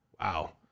Wow